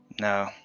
No